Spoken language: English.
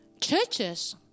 churches